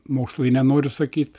mokslai nenoriu sakyt